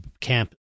camp